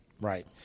Right